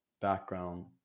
background